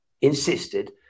insisted